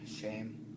Shame